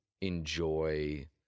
enjoy